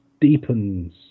deepens